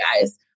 guys